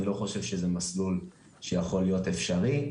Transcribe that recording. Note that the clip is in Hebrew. אני לא חושב שזה מסלול שיכול להיות אפשרי.